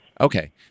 Okay